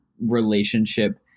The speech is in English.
relationship